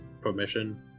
permission